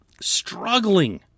struggling